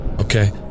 okay